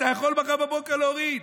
אתה יכול מחר בבוקר להוריד.